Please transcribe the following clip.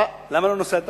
למה לא נשאת?